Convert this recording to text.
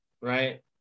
right